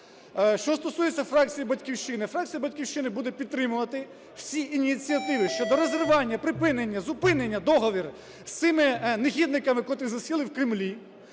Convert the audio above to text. Що стосується фракції "Батьківщина". Фракція "Батьківщина" буде підтримувати всі ініціативи щодо розірвання, припинення, зупинення договору з цими негідниками, котрі засіли в Кремлі,